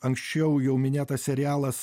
anksčiau jau minėtas serialas